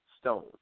Stone